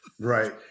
Right